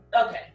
okay